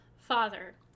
Father